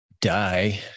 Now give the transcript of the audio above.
die